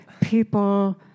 people